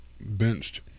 benched